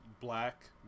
black